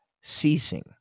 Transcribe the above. ceasing